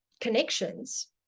connections